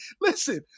listen